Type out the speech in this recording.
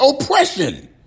oppression